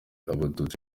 abatutsi